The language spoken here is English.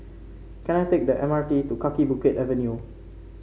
can I take the M R T to Kaki Bukit Avenue